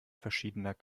verschiedener